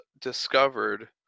discovered